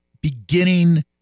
beginning